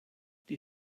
die